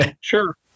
sure